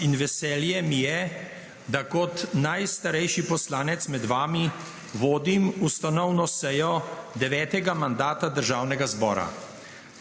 in veselje mi je, da kot najstarejši poslanec med vami vodim ustanovno sejo IX. mandata Državnega zbora.